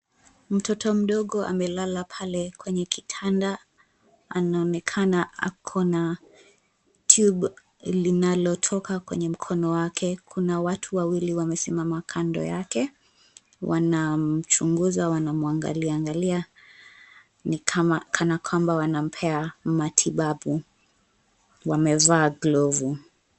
Mtoto mdogo amelala pale kwenye kitanda, anaonekana ako na tube linalotoka kwenye mkono wake. Kuna watu wawili wamesimama kando yake. Wanamchunguza, wanamwangalia angalia, ni kama kana kwamba wanampea matibabu. Wamevaa glovu.